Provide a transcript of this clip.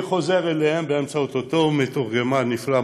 אני חוזר אליהם באמצעות אותו מתורגמן נפלא,